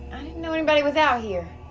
know anybody was out here.